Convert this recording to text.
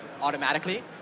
automatically